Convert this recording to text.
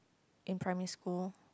in primary school